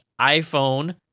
iPhone